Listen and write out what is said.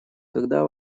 когда